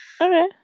Okay